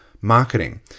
marketing